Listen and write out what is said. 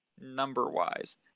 number-wise